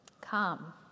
come